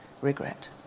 regret